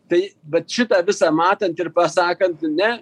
tai vat šitą visą matant ir pasakant ne